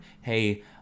hey